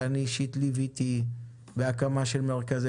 שאני אישית ליוויתי הקמה של מרכזי